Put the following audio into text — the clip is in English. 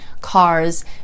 cars